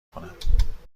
کنم